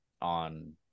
on